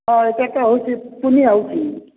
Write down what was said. ହଏ ପେଟ ହେଉଛି ଟୁନି ହେଉଛି